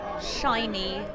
shiny